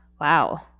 wow